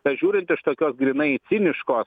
kad žiūrint iš tokio grynai ciniškos